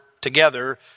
together